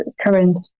current